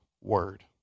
word